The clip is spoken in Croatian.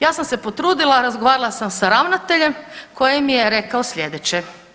Ja sam se potrudila, razgovarala sam sa ravnateljem koji mi je rekao sljedeće.